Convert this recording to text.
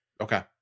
Okay